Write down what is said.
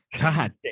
God